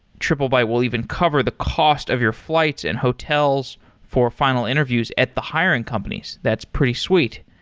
triplebyte will even cover the cost of your flights and hotels for final interviews at the hiring companies. that's pretty sweet.